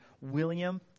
William